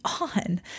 on